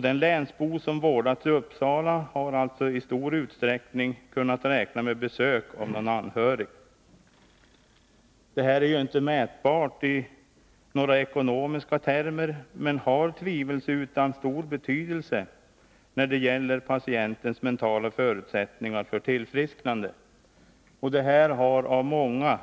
Den länsbo som vårdats i Uppsala har alltså i stor utsträckning kunnat räkna med besök av någon anhörig. Det här är ju inte mätbart i några ekonomiska termer, men har tvivelsutan stor betydelse när det gäller patientens mentala förutsättningar för tillfrisknande. Det har av många